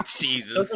Jesus